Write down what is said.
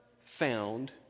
found